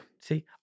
See